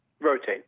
Rotate